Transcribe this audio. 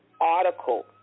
article